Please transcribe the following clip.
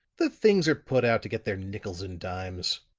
the things are put out to get their nickels and dimes.